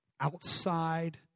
outside